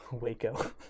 Waco